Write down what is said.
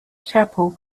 chapel